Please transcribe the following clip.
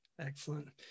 Excellent